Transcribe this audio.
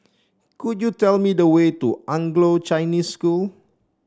could you tell me the way to Anglo Chinese School